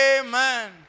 Amen